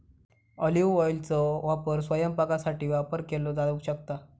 olive ऑइलचो वापर स्वयंपाकासाठी वापर केलो जाऊ शकता